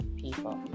people